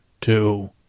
two